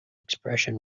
expression